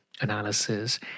analysis